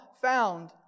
found